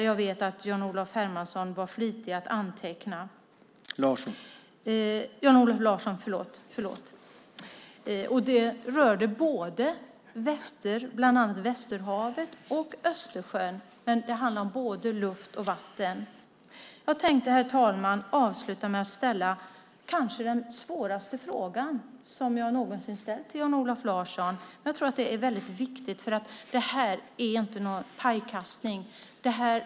Jag vet att Jan-Olof Larsson var flitig att anteckna dem. Det rörde både Västerhavet och Östersjön. Det handlade om både luft och vatten. Herr talman! Jag tänker avsluta med att ställa kanske den svåraste fråga som jag någonsin ställt till Jan-Olof Larsson. Jag tror att det är väldigt viktigt. Det här är inte någon pajkastning.